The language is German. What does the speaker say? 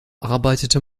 arbeitete